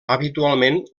habitualment